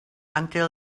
until